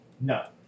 No